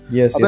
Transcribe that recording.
Yes